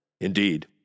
Indeed